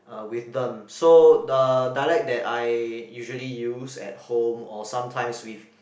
uh with them so the dialect that I usually use at home or sometimes with